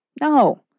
No